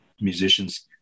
musicians